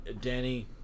Danny